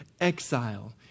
exile